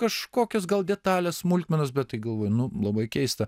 kažkokios gal detalės smulkmenos bet galvoju nu labai keista